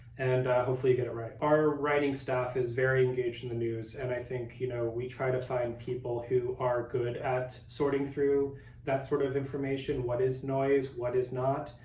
and hopefully get it right. our writing staff is very engaged in the news, and i think you know we try to find people who are good at sorting through that sort of information, what is noise, what is not.